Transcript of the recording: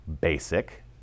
basic